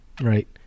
Right